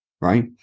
right